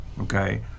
Okay